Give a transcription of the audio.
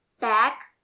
back